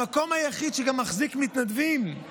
המקום היחיד שגם מחזיק מתנדבים הוא